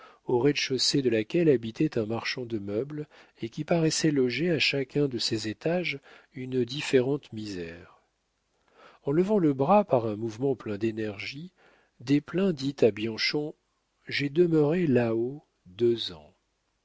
au rez-de-chaussée de laquelle habitait un marchand de meubles et qui paraissait loger à chacun de ses étages une différente misère en levant le bras par un mouvement plein d'énergie desplein dit à bianchon j'ai demeuré là-haut deux ans